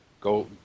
go